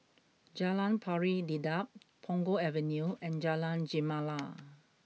Jalan Pari Dedap Punggol Avenue and Jalan Gemala